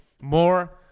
more